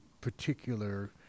particular